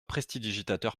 prestidigitateur